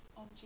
on